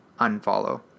unfollow